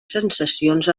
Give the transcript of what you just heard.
sensacions